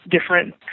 different